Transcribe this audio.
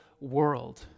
world